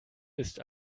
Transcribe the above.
ist